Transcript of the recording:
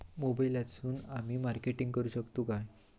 मोबाईलातसून आमी मार्केटिंग करूक शकतू काय?